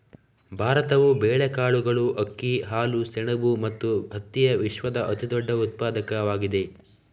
ಭಾರತವು ಬೇಳೆಕಾಳುಗಳು, ಅಕ್ಕಿ, ಹಾಲು, ಸೆಣಬು ಮತ್ತು ಹತ್ತಿಯ ವಿಶ್ವದ ಅತಿದೊಡ್ಡ ಉತ್ಪಾದಕವಾಗಿದೆ